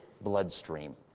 bloodstream